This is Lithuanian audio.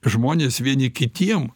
žmonės vieni kitiem